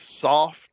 soft